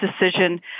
decision